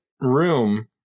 room